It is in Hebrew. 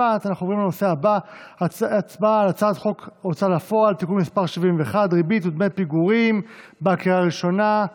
את הצעת חוק פסיקת ריבית והצמדה (תיקון מס' 9),